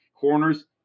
corners